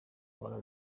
ora